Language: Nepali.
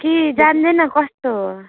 कि जान्दैन कस्तो हो